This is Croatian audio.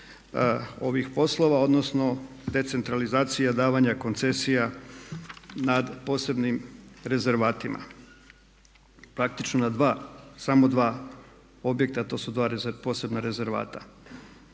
ovih poslova odnosno decentralizacije davanja koncesija nad posebnim rezervatima. Praktično na dva, samo dva objekta a to su dva posebna rezervata.